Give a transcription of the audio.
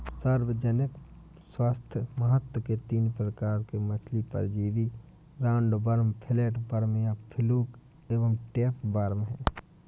सार्वजनिक स्वास्थ्य महत्व के तीन प्रकार के मछली परजीवी राउंडवॉर्म, फ्लैटवर्म या फ्लूक और टैपवार्म है